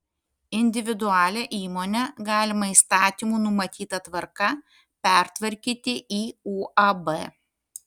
individualią įmonę galima įstatymų numatyta tvarka pertvarkyti į uab